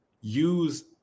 use